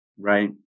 Right